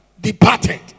departed